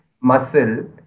muscle